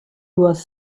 was